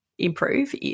improve